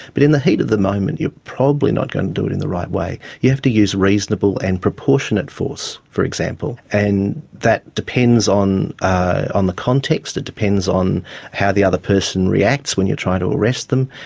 but in the heat of the moment you are probably not going to do it in the right way. you have to use reasonable and proportionate force, for example, and that depends on on the context, it depends on how the other person reacts when you are trying to arrest them.